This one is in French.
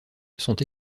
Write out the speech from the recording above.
sont